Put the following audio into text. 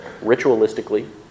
ritualistically